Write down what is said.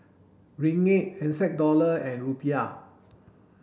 Ringgit N Z Dollar and Rupiah